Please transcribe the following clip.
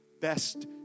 best